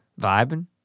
vibing